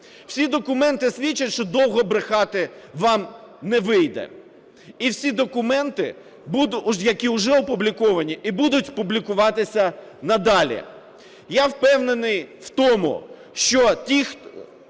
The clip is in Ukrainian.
Всі документи свідчать, що довго брехати вам не вийде. І всі документи, які вже опубліковані, і будуть публікуватися надалі. Я впевнений в тому, що ті, хто